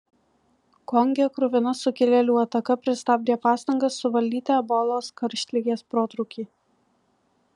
konge kruvina sukilėlių ataka pristabdė pastangas suvaldyti ebolos karštligės protrūkį